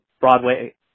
Broadway